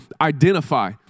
identify